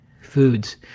foods